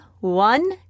one